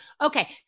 Okay